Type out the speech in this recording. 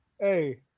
Hey